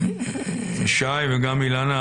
שי וגם אילנה,